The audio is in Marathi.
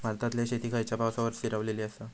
भारतातले शेती खयच्या पावसावर स्थिरावलेली आसा?